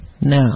Now